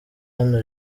hano